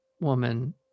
woman